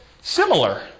similar